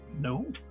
no